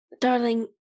darling